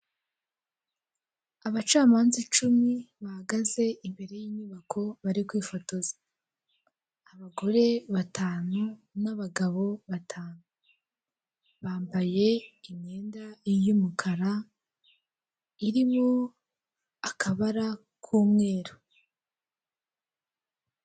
Abacamanza icumi bahagaze imbere y'inyubako, bari kwifotoza. Abagore batanu, n'abagabo batanu. Bambaye imyenda y'umukara, irimo akabara k'umweru.